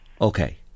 Okay